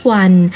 one